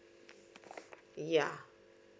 ya